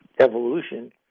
evolution